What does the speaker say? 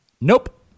Nope